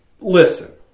Listen